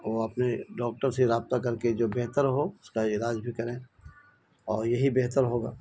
وہ اپنے ڈاکٹر سے رابطہ کر کے جو بہتر ہو اس کا علاج بھی کریں اور یہی بہتر ہوگا